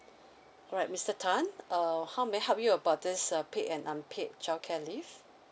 alright mister tan err how may I help you about this uh paid and unpaid childcare leave